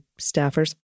staffers